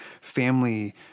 family